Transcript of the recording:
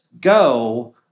go